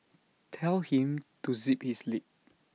tell him to zip his lip